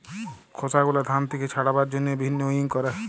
খসা গুলা ধান থেক্যে ছাড়াবার জন্হে ভিন্নউইং ক্যরে